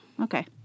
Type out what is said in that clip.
Okay